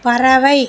பறவை